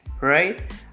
right